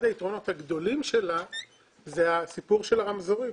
אחד היתרונות הגדולים שלה הוא הסיפור של הרמזורים.